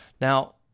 Now